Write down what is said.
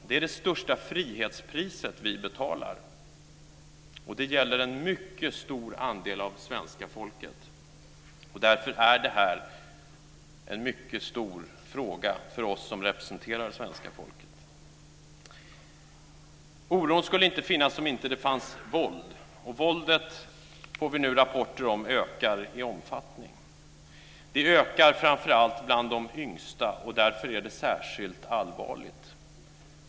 Det är det största frihetspriset vi betalar, och det gäller en mycket stor andel av svenska folket. Därför är det här en mycket stor fråga för oss som representerar svenska folket. Oron skulle inte finnas om det inte fanns våld, och våldet, det får vi nu rapporter om, ökar i omfattning. Det ökar framför allt bland de yngsta, och därför är det särskilt allvarligt.